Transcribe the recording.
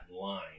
line